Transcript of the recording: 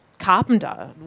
Carpenter